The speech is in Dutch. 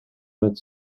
met